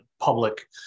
public